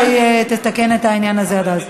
שהיא תתקן את העניין הזה עד אז.